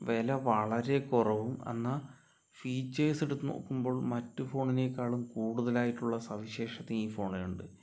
വില വളരെ കുറവും എന്നാൽ ഫീച്ചേഴ്സ് എടുത്തുനോക്കുമ്പോൾ മറ്റ് ഫോണിനെക്കാളും കൂടുതലായിട്ടുള്ള സവിശേഷതയും ഈ ഫോണിനുണ്ട്